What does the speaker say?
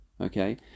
okay